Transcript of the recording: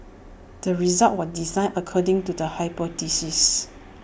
the research was designed according to the hypothesis